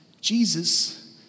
Jesus